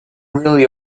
really